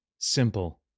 Simple